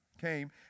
came